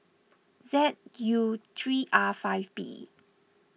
Z U three R five B